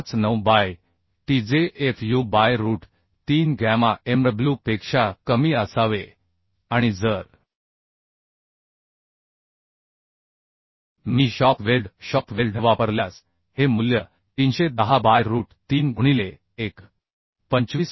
59 by t जे Fu by root 3 gamma mw पेक्षा कमी असावे आणि जर मी शॉप वेल्ड वापरल्यास हे मूल्य 310 बाय रूट 3 गुणिले 1